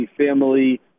family